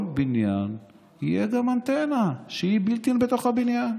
בניין תהיה אנטנה שהיא built-in בתוך הבניין,